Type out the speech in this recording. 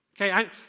Okay